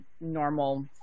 normal